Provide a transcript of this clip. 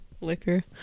liquor